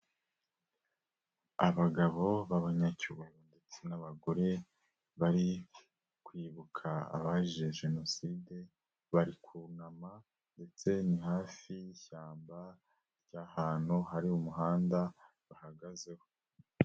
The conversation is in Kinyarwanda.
Abagabo b'abanyacyubahiro ndetse n'abagore bari kwibuka abazize jenoside bari kunama ndetse ni hafi y'ishyamba ry'ahantu hari umuhanda bahagazeho.